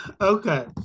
okay